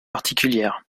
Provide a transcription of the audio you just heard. particulières